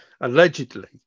allegedly